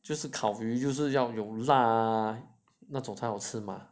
就是烤鱼就是要有辣啊那种才好吃吗